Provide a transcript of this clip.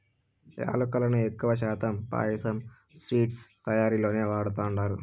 యాలుకలను ఎక్కువ శాతం పాయసం, స్వీట్స్ తయారీలోనే వాడతండారు